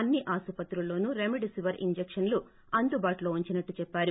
అన్ని ఆస్పత్రుల్లోనూ రేమిడేసీవర్ ఇంజెక్షన్లు అందుబాటులో ఉంచినట్లు చెప్పారు